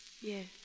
Yes